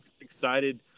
excited